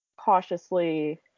cautiously